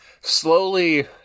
slowly